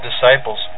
disciples